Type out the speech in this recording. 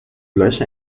gleich